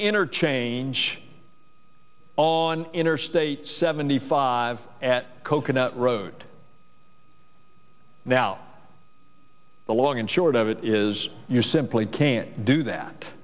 interchange on interstate seventy five at coconut road now the long and short of it is you simply can't do that